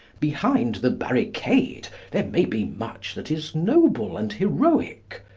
behind the barricade there may be much that is noble and heroic.